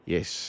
Yes